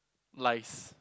lies